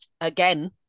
again